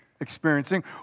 experiencing